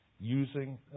using